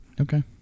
Okay